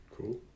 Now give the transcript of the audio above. cool